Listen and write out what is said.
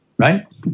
Right